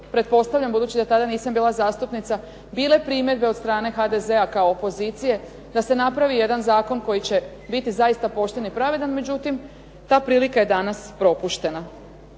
pretpostavljam budući da tada nisam bila zastupnica bile primjedbe od strane HDZ-a kao opozicije, da se napravi jedan zakon koji će biti zaista pošten i pravedan. Međutim, ta prilika je danas propuštena.